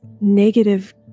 negative